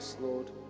Lord